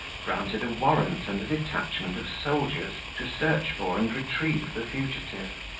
granted a warrant and a detachment of soldiers, to search for and retrieve the fugitive.